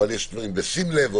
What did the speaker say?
אבל יש דברים בשים לב,